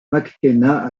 mckenna